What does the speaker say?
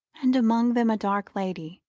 and among them a dark lady,